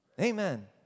Amen